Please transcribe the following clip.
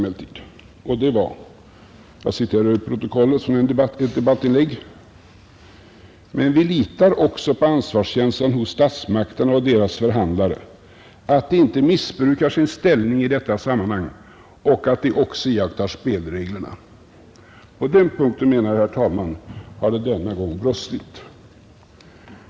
Jag citerar ur ett debattinlägg i protokollet: ”Men vi litar också på ansvarskänslan hos statsmakterna och deras förhandlare, att de inte missbrukar sin ställning i detta sammanhang och att de också iakttar spelreglerna.” På denna punkt, herr talman, har det denna gång brustit.